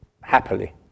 happily